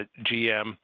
GM